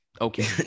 okay